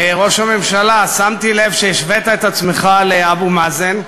ראש הממשלה, שמתי לב שהשווית את עצמך לאבו מאזן,